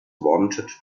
wanted